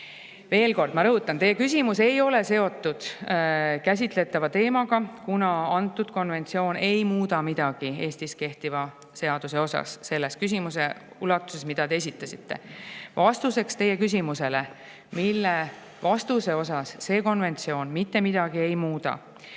Veel kord ma rõhutan, teie küsimus ei ole seotud käsitletava teemaga, kuna antud konventsioon ei muuda midagi Eestis kehtivas seaduses selle küsimuse ulatuses, mida te esitasite. Vastan teie küsimusele, mille vastuse osas see konventsioon mitte midagi ei muuda.